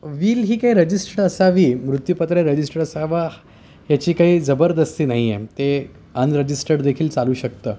will ही काही registered असावी मृत्युपत्रे रजिस्टर्ड असावा याची काही जबरदस्ती नाही आहे ते अनरजिस्टर्ड देखील चालू शकतं